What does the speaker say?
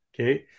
Okay